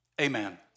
amen